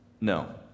no